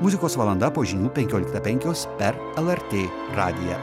muzikos valanda po žinių penkioliktą penkios per lrt radiją